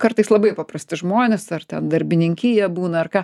kartais labai paprasti žmonės ar ten darbininkija būna ar ką